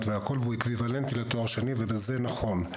והכול והוא אקוויוולנטי לתואר שני וזה נכון,